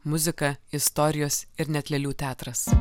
muzika istorijos ir net lėlių teatras